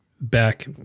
Back –